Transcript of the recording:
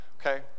Okay